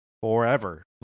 forever